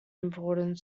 important